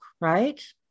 right